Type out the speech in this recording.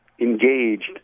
engaged